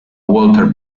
walter